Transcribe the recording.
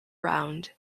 round